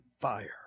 fire